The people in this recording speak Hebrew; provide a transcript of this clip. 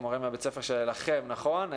הוא מורה מבית הספר שלכם נכון,